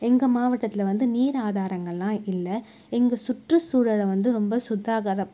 எங்கள் மாவட்டத்தில் வந்து நீர் ஆதாரங்களெல்லாம் இல்லை எங்கள் சுற்றுசூழலை வந்து ரொம்ப சுகாதாகாரம்